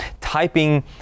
typing